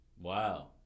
Wow